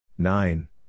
Nine